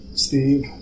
Steve